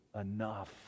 enough